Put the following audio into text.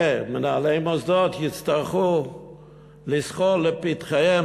ומנהלי מוסדות יצטרכו לזחול לפתחיהם